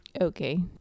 Okay